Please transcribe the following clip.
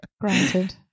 Granted